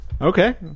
Okay